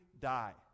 die